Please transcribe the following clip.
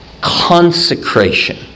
consecration